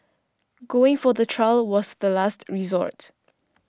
going for the trial was the last resort